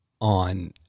on